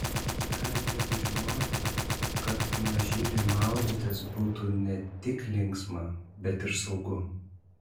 ką reikėtų žinoti kad mažyliui maudytis būtų ne tik linksma bet ir saugu